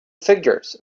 figures